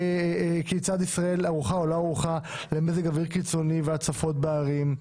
כיצד ישראל ערוכה או לא ערוכה למזג אוויר קיצוני והצפות בערים,